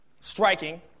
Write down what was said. striking